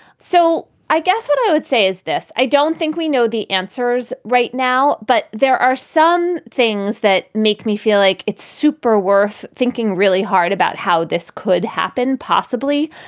so i guess what i would say is this. i don't think we know the answers right now, but there are some things that make me feel like it's super worth thinking really hard about how this could happen, possibly.